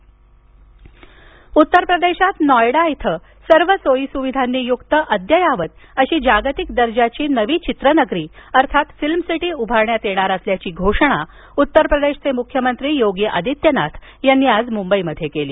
योगी आदित्यनाथ उत्तर प्रदेशात नॉयडा इथं सर्व सोयी सुविधांनी युक्त अद्ययावत अशी जागतिक दर्जाची नवी चित्रनगरी अर्थात फिल्मसिटी उभारण्यात येणार असल्याची घोषणा उत्तर प्रदेशाचे मुख्यमंत्री योगी आदित्यनाथ यांनी आज मुंबईमध्ये केली